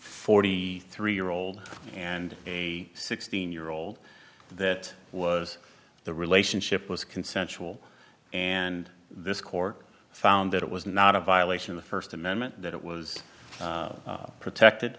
forty three year old and a sixteen year old that was the relationship was consensual and this court found that it was not a violation of the st amendment that it was protected